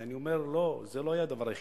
ואני אומר: לא, זה לא היה הדבר היחידי.